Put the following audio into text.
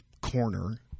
corner